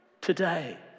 today